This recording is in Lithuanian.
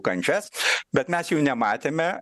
kančias bet mes jų nematėme